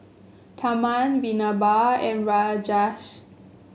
Tharman Vinoba and Rajesh